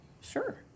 Sure